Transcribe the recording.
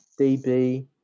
DB